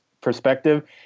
perspective